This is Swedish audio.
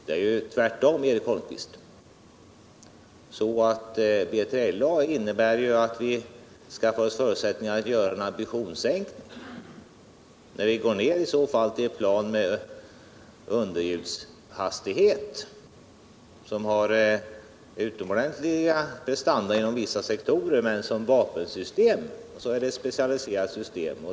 Det är ju tvärtom så, Eric Holmqvist, att B3LA innebär att vi skaffar oss förutsättningar för en ambitionssänkning när vi går över till ett plan med underlju dshastighet och med utomordentliga: prestanda inom vissa sektorer, men som när det gäller vapensystemet är specialiserat.